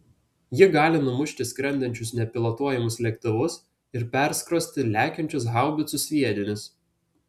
ji gali numušti skrendančius nepilotuojamus lėktuvus ir perskrosti lekiančius haubicų sviedinius